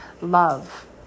love